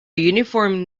uniform